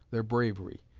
their bravery,